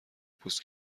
پوست